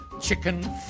Chicken